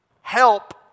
help